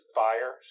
fire